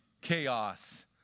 chaos